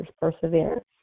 perseverance